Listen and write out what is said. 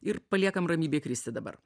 ir paliekam ramybėj kristi dabar